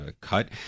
cut